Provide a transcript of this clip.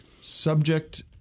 subject